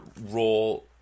role